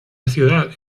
ciudad